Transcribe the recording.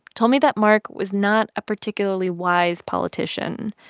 told me that mark was not a particularly wise politician.